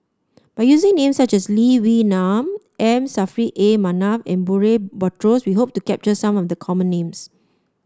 by using names such as Lee Wee Nam M Saffri A Manaf and Murray Buttrose we hope to capture some of the common names